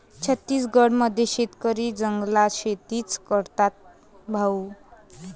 छत्तीसगड मध्ये शेतकरी जंगलात शेतीच करतात भाऊ